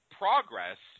progress